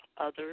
others